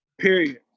Period